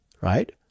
right